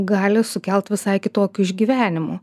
gali sukelt visai kitokių išgyvenimų